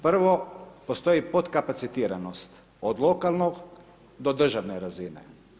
Prvo, postoji potkapacitiranost od lokalnog do državne razine.